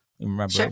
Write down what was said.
remember